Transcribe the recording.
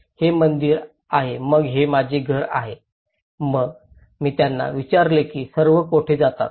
हे मंदिर आहे मग हे माझे घर आहे मग मी त्यांना विचारले की सर्व कोठे जातात